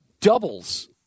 doubles